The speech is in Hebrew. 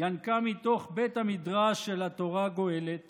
ינקה מתוך בית המדרש של התורה הגואלת